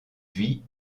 vie